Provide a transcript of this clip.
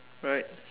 right